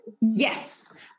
Yes